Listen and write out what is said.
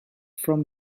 from